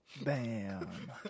Bam